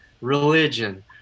religion